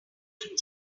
shining